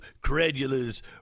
credulous